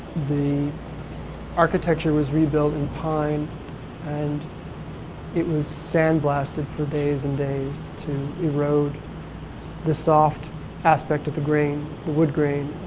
the architecture was rebuilt in pine and it was sandblasted for days and days to erode the soft aspect of the grain the wood grain,